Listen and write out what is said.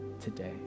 today